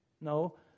no